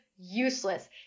Useless